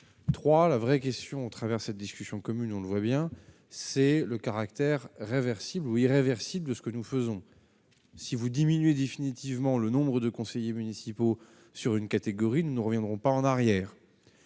3, la vraie question au travers cette discussion commune, on le voit bien, c'est le caractère réversible ou irréversible de ce que nous faisons si vous diminuez définitivement le nombre de conseillers municipaux sur une catégorie ne reviendront pas en arrière